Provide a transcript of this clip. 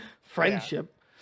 friendship